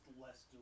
less